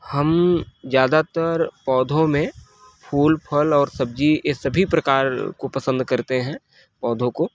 हम ज्यादातर पौधो में फूल फल और सब्जी ये सभी प्रकार को पसंद करते हैं पौधों को